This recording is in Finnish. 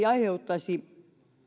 aiheuttaisi